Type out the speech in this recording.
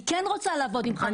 אני כן רוצה לעבוד עם חרדים.